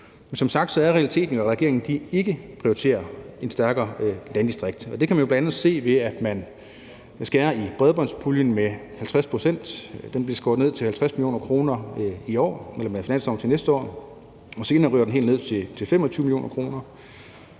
Men som sagt er realiteten jo, at regeringen ikke prioriterer stærkere landdistrikter. Det kan man bl.a. se, ved at man beskærer bredbåndspuljen med 50 pct. Den blev skåret ned til 50 mio. kr. i år eller med finansloven for næste år, og senere ryger den helt ned på 25 mio. kr.